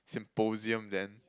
symposium then